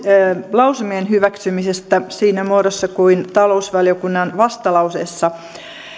lausumien hyväksymisestä siinä muodossa kuin talousvaliokunnan vastalauseessa